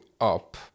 up